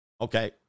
Okay